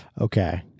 okay